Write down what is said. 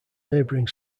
neighbouring